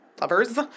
Lovers